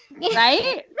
right